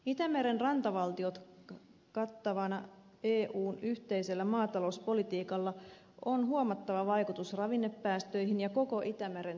itämeren rantavaltiot kattavalla eun yhteisellä maatalouspolitiikalla on huomattava vaikutus ravinnepäästöihin ja koko itämeren tilaan